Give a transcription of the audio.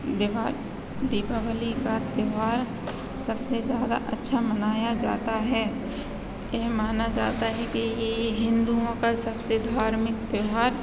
दिवाली दीपावली का त्योहार सबसे ज़्यादा अच्छा मनाया जाता है यह माना जाता है कि ये हिन्दुओं का सबसे धार्मिक त्योहार